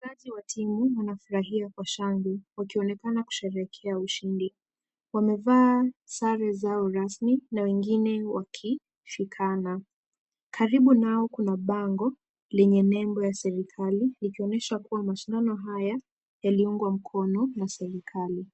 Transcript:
Wachezaji wa timu wanafurahia kwa shangwe wakionekana kusherehekea ushindi. Wamevaa sare zao rasmi na wengine wakishikana. Karibu nao kuna bango lenye nembo ya serikali, likionyesha kuwa mashindano haya, yaliungwa mkono na serikali.